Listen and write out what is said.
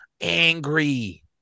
angry